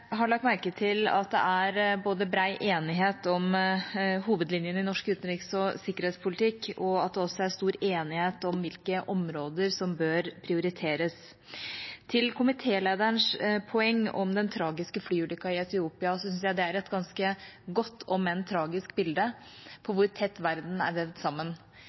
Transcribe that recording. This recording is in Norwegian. har lagt merke til at det er bred enighet om hovedlinjene i norsk utenriks- og sikkerhetspolitikk, og stor enighet om hvilke områder som bør prioriteres. Til komitélederens poeng om den tragiske flyulykken i Etiopia synes jeg det er et ganske godt, om enn tragisk, bilde på hvor tett verden er vevd sammen.